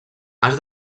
has